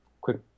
quick